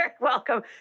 welcome